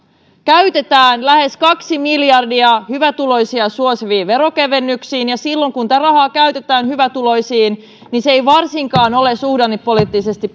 käytetään lähes kaksi miljardia hyvätuloisia suosiviin veronkevennyksiin ja silloin kun rahaa käytetään hyvätuloisiin niin se ei varsinkaan ole suhdannepoliittisesti